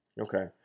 Okay